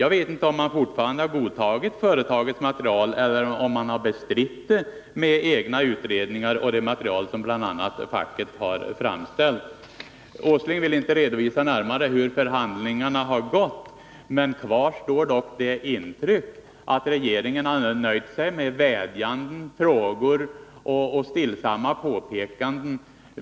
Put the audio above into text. Jag vet inte om man fortfarande godtar företagets material eller om man har bestritt det med hjälp av egna utredningar och det material som bl.a. facket har framställt. Herr Åsling vill inte redovisa närmare hur förhandlingarna har gått. Kvar står dock det intrycket att regeringen har nöjt sig med vädjanden, frågor och stillsamma påpekanden.